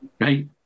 right